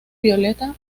violeta